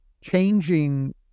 changing